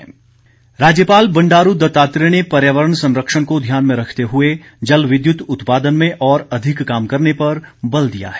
राज्यपाल दौरा राज्यपाल बंडारू दत्तात्रेय ने पर्यावरण संरक्षण को ध्यान में रखते हुए जल विद्युत उत्पादन में और अधिक काम करने पर बल दिया है